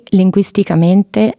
linguisticamente